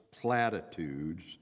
platitudes